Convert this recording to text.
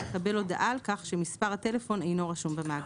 יקבל הודעה על כך שמספר הטלפון אינו רשום במאגר.